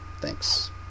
Thanks